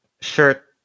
shirt